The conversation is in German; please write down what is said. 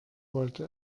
wollte